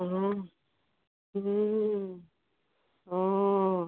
হুম হুম ও